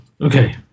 okay